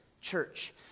church